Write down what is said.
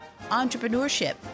entrepreneurship